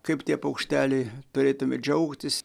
kaip tie paukšteliai turėtume džiaugtis